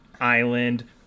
island